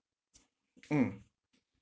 mm